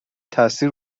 تأثیر